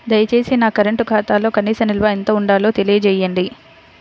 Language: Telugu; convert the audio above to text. దయచేసి నా కరెంటు ఖాతాలో కనీస నిల్వ ఎంత ఉండాలో తెలియజేయండి